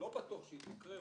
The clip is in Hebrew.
בטוח שתקרה,